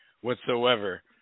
whatsoever